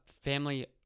Family